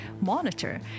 Monitor